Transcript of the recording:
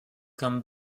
comme